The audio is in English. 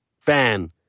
fan